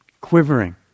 Quivering